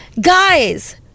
guys